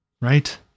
Right